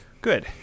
Good